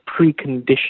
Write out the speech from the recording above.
precondition